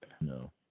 no